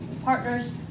partners